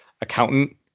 accountant